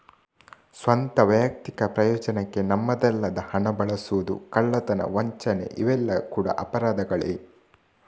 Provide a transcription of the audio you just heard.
ಸ್ವಂತ, ವೈಯಕ್ತಿಕ ಪ್ರಯೋಜನಕ್ಕೆ ನಮ್ಮದಲ್ಲದ ಹಣ ಬಳಸುದು, ಕಳ್ಳತನ, ವಂಚನೆ ಇವೆಲ್ಲ ಕೂಡಾ ಅಪರಾಧಗಳೇ